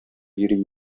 йөри